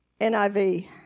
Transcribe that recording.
NIV